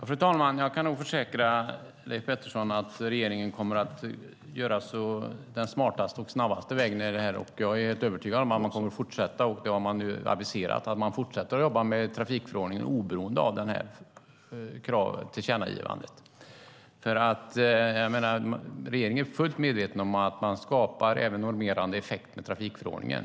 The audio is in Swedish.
Fru talman! Jag kan nog försäkra Leif Pettersson om att regeringen kommer att välja den smartaste och snabbaste vägen här. Jag är helt övertygad om att man kommer att fortsätta. Här har man nu aviserat att man fortsätter att jobba med trafikförordningen oberoende av tillkännagivandet. Regeringen är fullt medveten om att man skapar även normerande effekter med trafikförordningen.